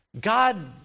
God